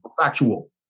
Factual